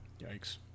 Yikes